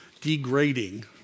degrading